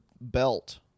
belt